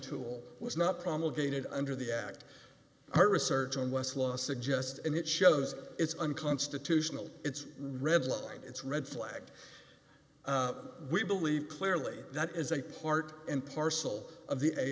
tool was not promulgated under the act our research on westlaw suggests and it shows it's unconstitutional it's red line it's red flag we believe clearly that is a part and parcel of the a